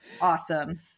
awesome